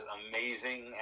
amazing